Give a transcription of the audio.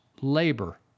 Labor